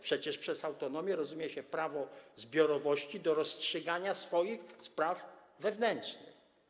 Przecież przez autonomię rozumie się prawo zbiorowości do rozstrzygania swoich spraw wewnętrznych.